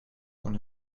kon